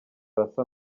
arasa